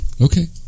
Okay